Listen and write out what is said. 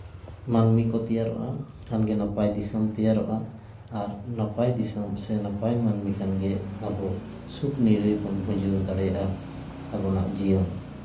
ᱢᱟᱹᱱᱢᱤ ᱠᱚ ᱛᱮᱭᱟᱨᱚᱜᱼᱟ ᱠᱷᱟᱱᱜᱮ ᱱᱟᱯᱟᱭ ᱫᱤᱥᱚᱢ ᱛᱮᱭᱟᱨᱚᱜᱼᱟ ᱟᱨ ᱱᱟᱯᱟᱭ ᱫᱤᱥᱚᱢ ᱥᱮ ᱱᱟᱯᱟᱭ ᱢᱟᱹᱱᱢᱤ ᱠᱷᱟᱱᱜᱮ ᱟᱵᱚ ᱥᱩᱠ ᱱᱤᱨᱟᱹᱭ ᱵᱚᱱ ᱵᱷᱩᱡᱟᱹᱣ ᱫᱟᱲᱮᱭᱟᱜᱼᱟ ᱟᱵᱚᱱᱟᱜ ᱡᱤᱭᱚᱱ